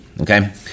okay